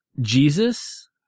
Jesus